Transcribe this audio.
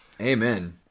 Amen